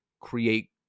create